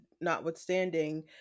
notwithstanding